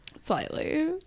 slightly